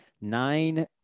nine